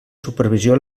supervisió